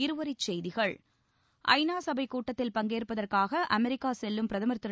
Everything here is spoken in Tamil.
இருவரிச் செய்திகள் ஐ நா சபை கூட்டத்தில் பங்கேற்பதற்காக அமெரிக்கா செல்லும் பிரதமர் திரு